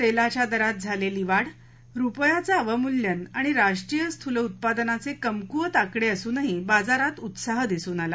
तेलाच्या दरात झालेली वाढ रुपयाचं अवमूल्यन आणि आणि राष्ट्रीय स्थूल उत्पादनाचे कमकुवत आकडे असूनही बाजारात उत्साह दिसून आला